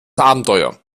abenteuer